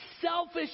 selfish